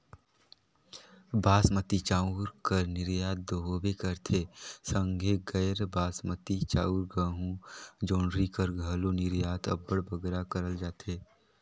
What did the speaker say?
बासमती चाँउर कर निरयात दो होबे करथे संघे गैर बासमती चाउर, गहूँ, जोंढरी कर घलो निरयात अब्बड़ बगरा करल जाथे